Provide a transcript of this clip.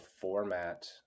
format